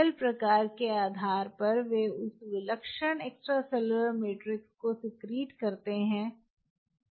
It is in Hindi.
सेल प्रकार के आधार पर वे उस विलक्षण एक्स्ट्रासेलुलर मैट्रिक्स को सिक्रीट करते हैं